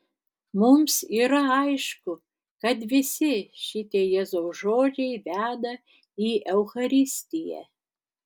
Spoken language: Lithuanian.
mums yra aišku kad visi šitie jėzaus žodžiai veda į eucharistiją